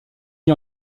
mis